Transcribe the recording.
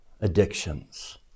addictions